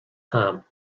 ham